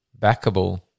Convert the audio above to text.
backable